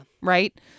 Right